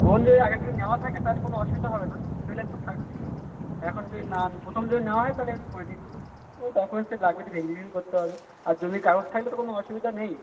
loan যদি আগে থেকে নেওয়া থাকে তাহলে কোনো অসুবিধা হবে না সিবিল স্কোর থাকবে এখন যদি না প্রথম যদি নেওয়া হয় তাহলে আমি করে দিচ্ছি ওই ডকুমেন্টস লাগবে একটু ভেরিফিকেশান করতে হবে আর জমির কাগজ থাকলে তো কোনো অসুবিধা নেই